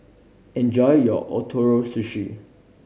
enjoy your Ootoro Sushi